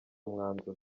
mwanzuro